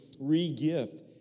re-gift